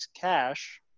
cash